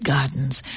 Gardens